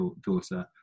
daughter